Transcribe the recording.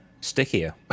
stickier